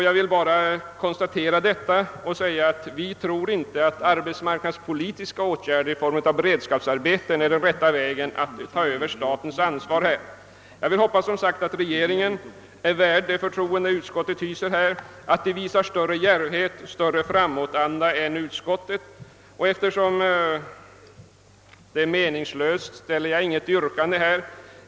Jag vill konstatera detta och framhålla att vi inte tror att arbetsmarknadspolitiska åtgärder i form av beredskapsarbeten är den rätta vägen för statens övertagande av ansvaret. Vi hoppas att regeringen är värd det förtroende utskottet hyser och att den visar större djärvhet och framåtanda än utskottet. Eftersom det vore meningslöst ställer jag inget yrkande.